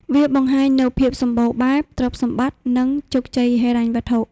វាបង្ហាញនូវភាពសម្បូរបែប ទ្រព្យសម្បត្តិ និងជោគជ័យហិរញ្ញវត្ថុ។